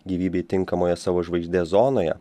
gyvybei tinkamoje savo žvaigždės zonoje